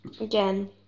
Again